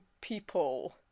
people